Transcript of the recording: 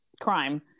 crime